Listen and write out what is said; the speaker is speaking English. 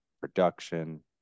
production